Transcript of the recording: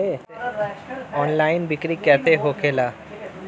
Online बिक्री कैसे होखेला?